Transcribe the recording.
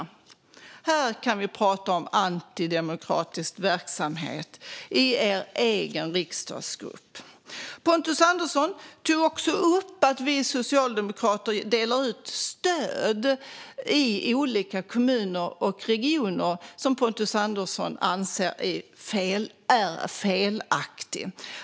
Här kan vi prata om antidemokratisk verksamhet i er egen riksdagsgrupp. Pontus Andersson tog också upp att vi socialdemokrater delar ut stöd, som Pontus Andersson anser är felaktiga, i olika kommuner och regioner.